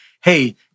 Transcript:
hey